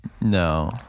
No